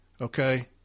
Okay